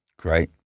Great